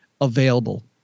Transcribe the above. available